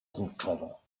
kurczowo